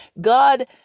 God